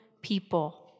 people